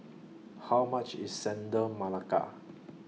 How much IS Chendol Melaka